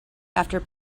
after